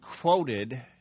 quoted